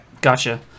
gotcha